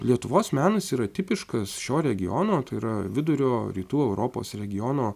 lietuvos menas yra tipiškas šio regiono tai yra vidurio rytų europos regiono